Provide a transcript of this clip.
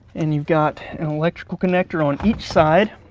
and you've got an electrical connector on each side,